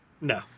No